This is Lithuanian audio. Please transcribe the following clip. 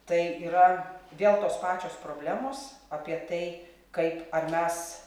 tai yra vėl tos pačios problemos apie tai kaip ar mes